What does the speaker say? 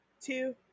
two